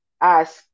ask